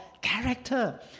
character